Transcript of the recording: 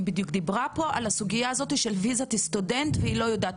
היא בדיוק דיברה פה על הסוגייה הזאתי של וויזת סטודנט והיא לא יודעת,